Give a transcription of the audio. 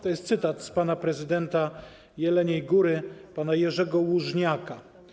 To jest cytat z prezydenta Jeleniej Góry pana Jerzego Łużniaka.